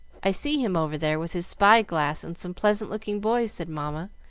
i see him over there with his spy-glass and some pleasant-looking boys, said mamma,